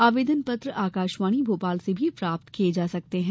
आवेदन पत्र आकाशवाणी भोपाल से भी प्राप्त किये जा सकते हैं